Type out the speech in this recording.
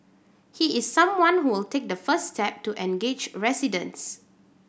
he is someone who will take the first step to engage residents